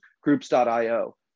groups.io